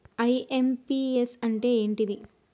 IMPS అంటే ఏంటిది?